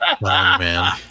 Man